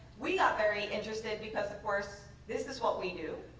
we got very interested because, of course, this is what we do.